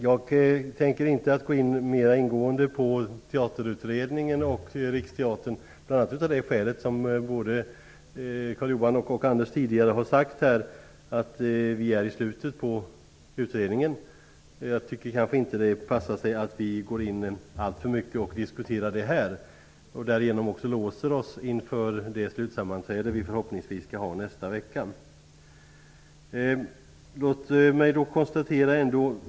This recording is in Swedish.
Jag tänker inte mera ingående gå in på därför att vi, som både Carl-Johan Wilson och Anders Nilsson tidigare har sagt, befinner oss i slutet av utredningen. Det passar sig därför kanske inte att vi alltför mycket diskuterar dessa saker här och därigenom låser oss inför det slutsammanträde som vi förhoppningsvis skall ha nästa vecka.